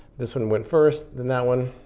this one went first, then that one,